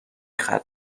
ختم